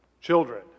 Children